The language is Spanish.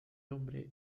hombre